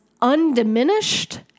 undiminished